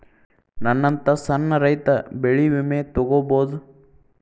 ನನ್ನಂತಾ ಸಣ್ಣ ರೈತ ಬೆಳಿ ವಿಮೆ ತೊಗೊಬೋದ?